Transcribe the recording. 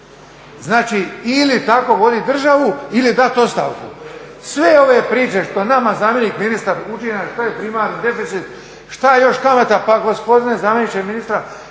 Znači, ili tako voditi državu ili dati ostavku. Sve ove priče što nama zamjenik ministra uči nas što je primarni deficit, što je još kamata, pa gospodine zamjeniče ministra